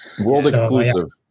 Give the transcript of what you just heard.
World-exclusive